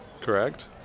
correct